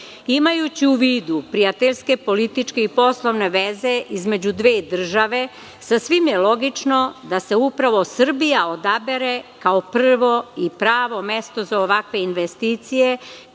u vidu prijateljske, političke i poslovne veze između dve države, sasvim je logično da se upravo Srbija odabere kao prvo i pravo mesto za ovakve investicije,